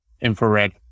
infrared